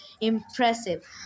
Impressive